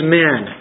men